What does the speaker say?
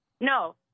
No